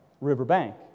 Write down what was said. riverbank